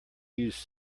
use